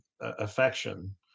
affection